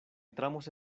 entramos